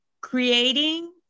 creating